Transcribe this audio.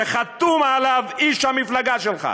שחתום עליו איש המפלגה שלך?